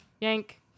Yank